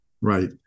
Right